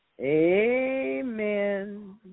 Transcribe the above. Amen